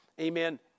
amen